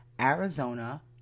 Arizona